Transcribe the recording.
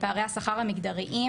פערי השכר המגדריים,